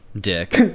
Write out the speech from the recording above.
Dick